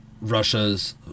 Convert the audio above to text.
Russia's